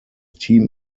team